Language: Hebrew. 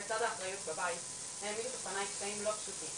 לצד האחריות בבית, העמידו בפניי קשיים לא פשוטים.